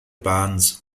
bands